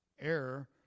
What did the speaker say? error